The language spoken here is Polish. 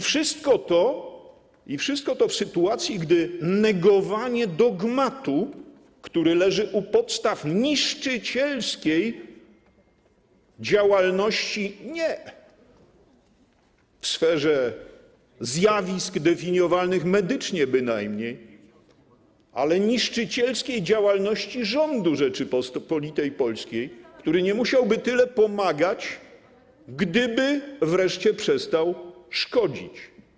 Wszystko to ma miejsce w sytuacji, gdy negowany jest dogmat, który leży u podstaw niszczycielskiej działalności, bynajmniej nie w sferze zjawisk definiowalnych medycznie, ale niszczycielskiej działalności rządu Rzeczypospolitej Polskiej, który nie musiałby tyle pomagać, gdyby wreszcie przestał szkodzić.